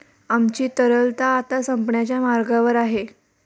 आमची तरलता आता संपण्याच्या मार्गावर आहे